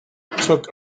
took